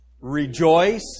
Rejoice